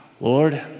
Lord